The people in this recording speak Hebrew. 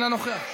אינו נוכח,